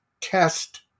test